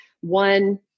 one